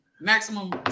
Maximum